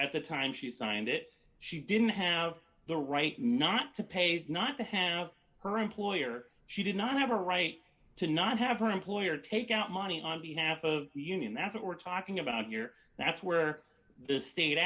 at the time she signed it she didn't have the right not to paid not to have her employer she did not have a right to not have her employer take out money on behalf of the union that's what we're talking about here that's where the state